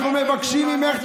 אנחנו מבקשים ממך,